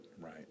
Right